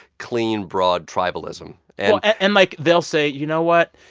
clean, broad, tribalism and, like, they'll say, you know what?